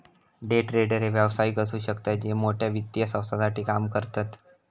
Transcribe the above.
day trader हे व्यावसायिक असु शकतत जे मोठ्या वित्तीय संस्थांसाठी काम करतत